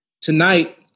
Tonight